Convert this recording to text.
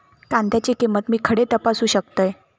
कांद्याची किंमत मी खडे तपासू शकतय?